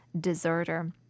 deserter